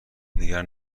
نگران